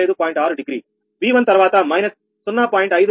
6 degree V1 తరువాత minus 0